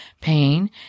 pain